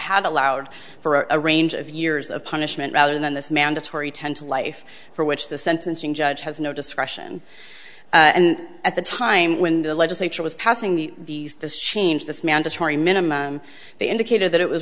had allowed for a range of years of punishment rather than this mandatory tend to life for which the sentencing judge has no discretion and at the time when the legislature was passing the this change this mandatory minimum they indicated that it was